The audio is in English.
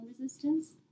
resistance